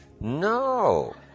No